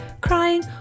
crying